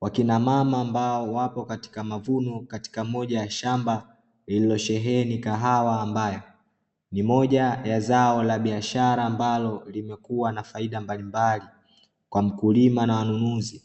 Wakinamama ambao wapo katika mavuno, katika moja ya shamba lililosheheni kahawa ambayo ni moja ya zao la biashara, ambalo limekuwa na faida mbalimbali kwa mkulima na wanunuzi,